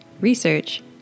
research